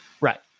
Right